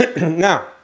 Now